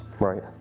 Right